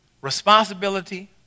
responsibility